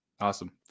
Awesome